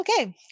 okay